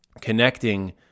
connecting